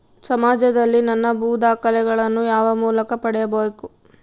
ಸಮಾಜದಲ್ಲಿ ನನ್ನ ಭೂ ದಾಖಲೆಗಳನ್ನು ಯಾವ ಮೂಲಕ ಪಡೆಯಬೇಕು?